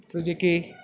Suzuki